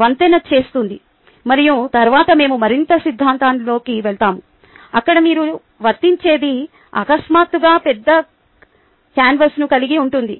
వంతెన చేస్తుంది మరియు తరువాత మేము మరింత సిద్ధాంతంలోకి వెళ్తాము అక్కడ మీరు వర్తించేది అకస్మాత్తుగా పెద్ద కాన్వాస్ను కలిగి ఉంటుంది